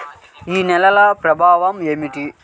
నేలల స్వభావం ఏమిటీ?